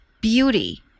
beauty